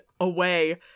away